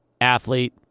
athlete